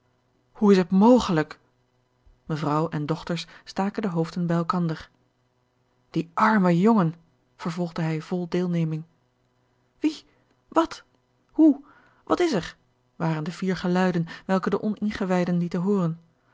hoe is het mogelijk mevrouw en dochters staken de hoofden bij elkander die arme jongen vervolgde hij vol deelneming wie wat hoe wat is er waren de vier geluiden welke de oningewijden lieten hooren